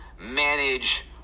Manage